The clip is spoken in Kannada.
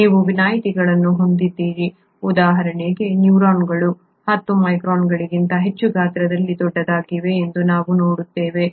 ನೀವು ವಿನಾಯಿತಿಗಳನ್ನು ಹೊಂದಿದ್ದೀರಿ ಉದಾಹರಣೆಗೆ ನ್ಯೂರಾನ್ಗಳು 10 ಮೈಕ್ರಾನ್ಗಳಿಗಿಂತ ಹೆಚ್ಚು ಗಾತ್ರದಲ್ಲಿ ದೊಡ್ಡದಾಗಿವೆ ಎಂದು ನಾವು ನೋಡುತ್ತೇವೆ